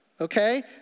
Okay